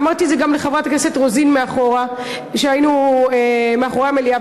אמרתי את זה גם לחברת הכנסת רוזין כשהיינו מאחורי המליאה.